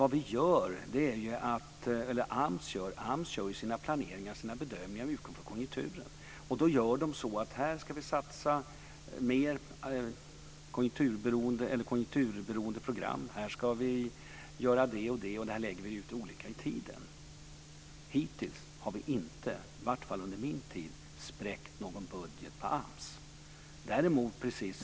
AMS gör ju sina bedömningar med utgångspunkt i konjunkturen. De bedömer då var man ska satsa på mer konjunkturberoende program, och var man ska satsa på det ena eller andra. Man lägger ut det lite olika i tiden. Hittills har vi inte under min tid spräckt någon budget på AMS.